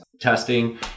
testing